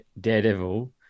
daredevil